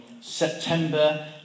September